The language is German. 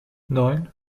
neun